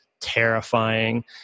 terrifying